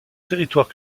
territoire